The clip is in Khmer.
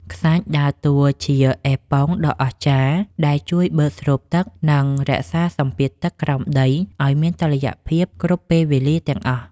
ខ្សាច់ដើរតួជាអេប៉ុងដ៏អស្ចារ្យដែលជួយបឺតស្រូបទឹក និង រក្សាសម្ពាធទឹកក្រោមដីឱ្យមានតុល្យភាពគ្រប់ពេលវេលាទាំងអស់។